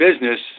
business